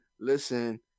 Listen